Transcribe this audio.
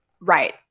right